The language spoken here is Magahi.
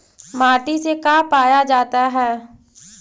माटी से का पाया जाता है?